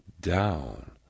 down